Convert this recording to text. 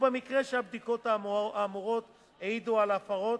או במקרה שהבדיקות האמורות העידו על הפרות,